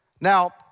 Now